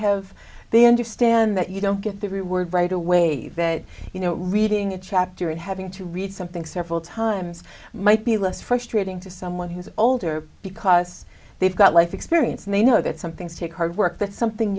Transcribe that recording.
have they understand that you don't get the reward right away that you know reading a chapter and having to read something several times might be less frustrating to someone who's older because they've got life experience and they know that some things take hard work that something